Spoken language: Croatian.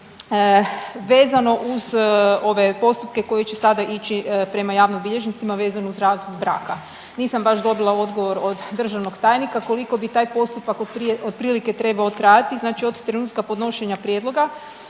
Vezano uz ove postupke koje će sada ići prema javnim bilježnicima vezano uz razvod braka. Nisam baš dobila odgovor od državnog tajnika koliko bi taj postupak otprilike trebao trajati, znači od trenutka podnošenja prijedloga